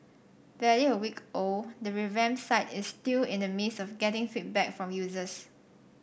barely a week old the revamped site is still in the midst of getting feedback from users